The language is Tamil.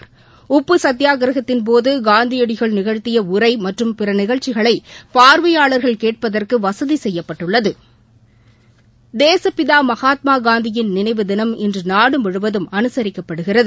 எமது உப்பு சத்தியாகிரகத்தின்போது காந்தியடிகள் நிகழ்த்திய உரை மற்றும் பிற நிகழ்ச்சிகளை பார்வையாளர்கள் கேட்பதற்கு வசதி செய்யப்பட்டுள்ளது தேசுப்பிதா மகாத்மாகாந்தியின் நினைவு தினம் இன்று நாடு முழுவதும் அனுசிக்கப்படுகிறது